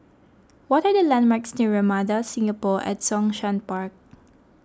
what are the landmarks near Ramada Singapore at Zhongshan Park